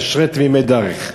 אשרי תמימי דרך.